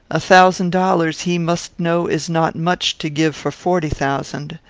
a thousand dollars, he must know, is not much to give for forty thousand.